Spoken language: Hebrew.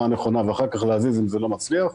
הנכונה ואחר כך להזיז אם זה לא מצליח.